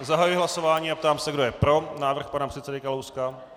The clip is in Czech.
Zahajuji hlasování a ptám se, kdo je pro návrh pana předsedy Kalouska.